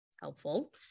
helpful